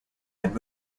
and